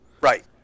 Right